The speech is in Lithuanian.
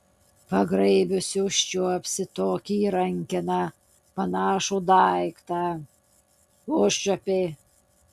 pagraibiusi užčiuopsi tokį į rankeną panašų daiktą užčiuopei